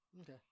Okay